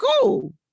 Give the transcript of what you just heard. cool